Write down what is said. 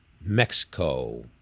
Mexico